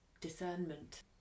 discernment